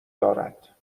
دارد